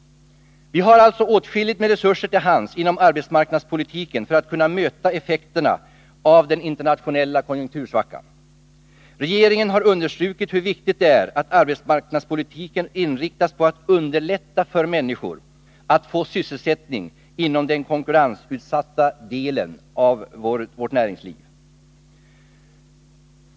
Vi har alltså åtskilligt med resurser till hands inom arbetsmarknadspolitiken för att kunna möta effekterna av den internationella konjunktursvackan. Regeringen har understrukit hur viktigt det är att arbetsmarknadspolitiken inriktas på att underlätta för människor att få sysselsättning inom den konkurrensutsatta delen av vårt näringsliv.